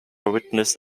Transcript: witnessed